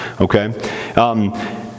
okay